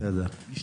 בסדר.